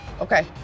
Okay